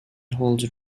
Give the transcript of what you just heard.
holds